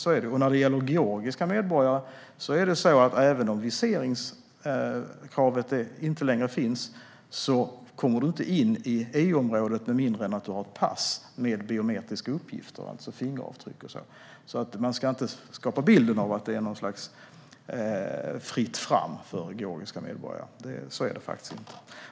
När det gäller georgiska medborgare är det så att även om viseringskravet inte längre finns kommer du inte in i EU-området med mindre än att du har ett pass med biometriska uppgifter, alltså fingeravtryck och sådant. Man ska alltså inte skapa bilden att det är fritt fram för georgiska medborgare. Så är det inte.